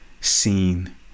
seen